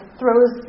throws